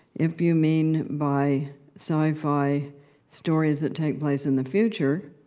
if you mean by sci-fi stories that take place in the future,